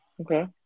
Okay